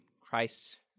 Christ